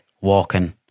walking